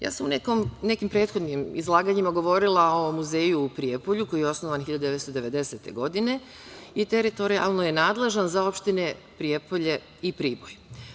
Ja sam u nekim prethodnim izlaganjima govorila o muzeju u Prijepolju, koji je osnovan 1990. godine i teritorijalno je nadležan za opštine Prijepolje i Priboj.